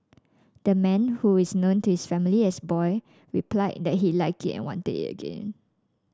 the man who is known to his family as boy replied that he liked it and wanted it again